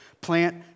Plant